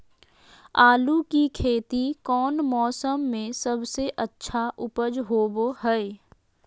आलू की खेती कौन मौसम में सबसे अच्छा उपज होबो हय?